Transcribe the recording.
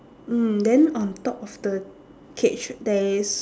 mm then on top of the cage there is